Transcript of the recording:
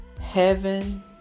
heaven